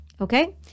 Okay